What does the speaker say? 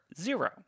zero